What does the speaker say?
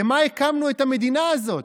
למה הקמנו את המדינה הזאת?